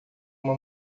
uma